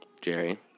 Jerry